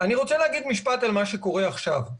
אני רוצה לומר משפט על מה שקורה עכשיו.